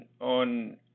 on